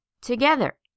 together